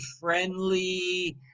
friendly